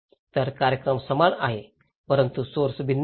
तर कार्यक्रम समान आहे परंतु सोर्स भिन्न आहेत